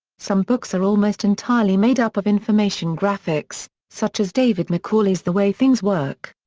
some books are almost entirely made up of information graphics, such as david macaulay's the way things work.